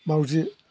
माउजि